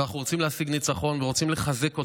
ואנחנו רוצים להשיג ניצחון ואנחנו רוצים לחזק אותם.